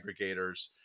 aggregators